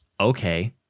Okay